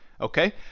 Okay